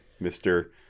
Mr